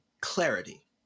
clarity